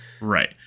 Right